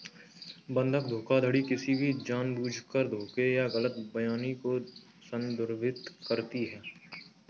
बंधक धोखाधड़ी किसी भी जानबूझकर धोखे या गलत बयानी को संदर्भित करती है